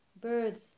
Birds